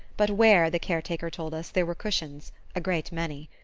but where, the caretaker told us, there were cushions a great many.